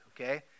okay